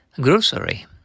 Grocery